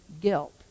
guilt